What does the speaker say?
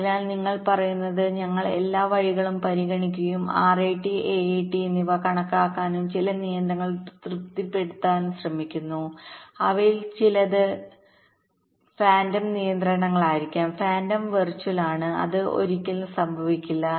അതിനാൽ നിങ്ങൾ പറയുന്നത് ഞങ്ങൾ എല്ലാ വഴികളും പരിഗണിക്കാനും RAT AAT എന്നിവ കണക്കാക്കാനും ചില നിയന്ത്രണങ്ങൾ തൃപ്തിപ്പെടുത്താനും ശ്രമിക്കുന്നു അവയിൽ ചിലത് ഫാന്റം നിയന്ത്രണങ്ങളായിരിക്കാം ഫാന്റം വെർച്വൽ ആണ് അത് ഒരിക്കലും സംഭവിക്കില്ല